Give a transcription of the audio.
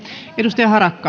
arvoisa